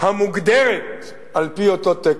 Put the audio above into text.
המוגדרת על-פי אותו תקן.